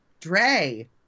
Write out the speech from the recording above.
Dre